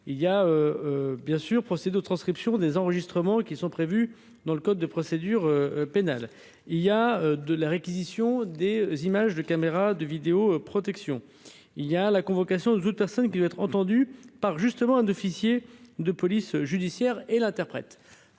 il y a bien sûr procès de transcriptions des enregistrements qui sont prévues dans le code de procédure pénale, il y a de la réquisition des images de caméras de vidéo-protection il y a la convocation de toute personne qui va être entendue par justement un officier de police jeudi. Pierre et l'interprète